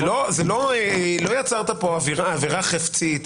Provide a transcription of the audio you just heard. לא יצרת פה עבירה חפצית.